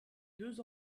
deux